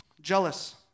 jealous